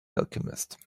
alchemist